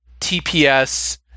TPS